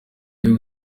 byo